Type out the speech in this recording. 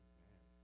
Amen